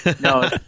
No